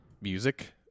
music